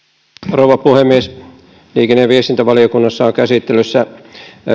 rouva puhemies liikenne ja viestintävaliokunnassa on käsittelyssä